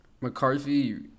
mccarthy